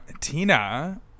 Tina